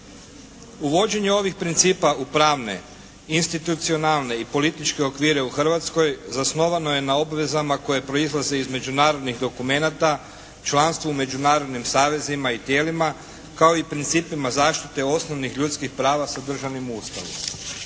Uvođenje ovih principa u pravne, institucionalne i političke okvire u Hrvatskoj zasnovano je na obvezama koje proizlaze iz međunarodnih dokumenata, članstvom u međunarodnim savezima i tijelima kao i principa zaštite osnovnih ljudskih prava sadržanim u Ustavu.